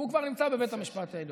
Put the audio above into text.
והוא כבר נמצא בבית המשפט העליון.